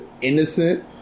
innocent